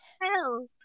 hell